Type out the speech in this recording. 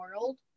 World